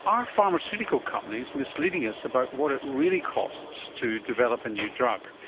are pharmaceutical companies misleading us about what it really costs to develop a new drug?